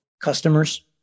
customers